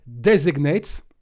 designates